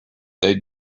they